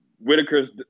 Whitaker's